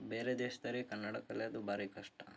ಬೇರೆ ದೇಶದವ್ರಿಗೆ ಕನ್ನಡ ಕಲಿಯೋದು ಭಾರಿ ಕಷ್ಟ